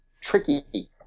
tricky